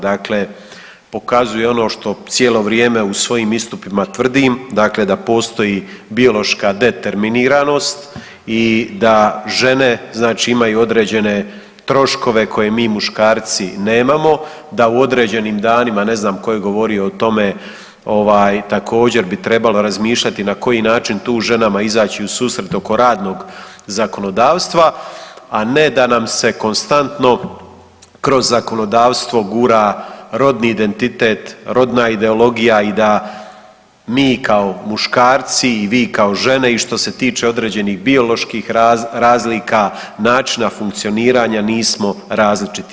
Dakle, pokazuje ono što cijelo vrijeme u svojim istupima tvrdim, dakle da postoji biološka determiniranost i da žene znači imaju određene troškove koje mi muškarci nemamo da u određenim danima, ne znam tko je govorio o tome također bi trebalo razmišljati na koji način tu ženama izaći u susret oko radnog zakonodavstva, a ne da nam se konstantno kroz zakonodavstvo gura rodni identitet, rodna ideologija i da mi kao muškarci i vi kao žene i što se tiče određenih bioloških razlika, načina funkcioniranja nismo različiti.